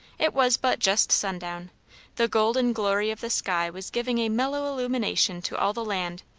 it was but just sundown the golden glory of the sky was giving a mellow illumination to all the land,